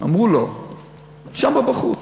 אמרו לו שם בחוץ.